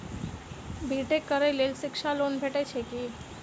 B tech करै लेल शिक्षा लोन भेटय छै की?